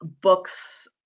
books